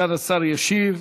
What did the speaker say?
סגן השר ישיב.